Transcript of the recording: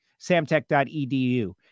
samtech.edu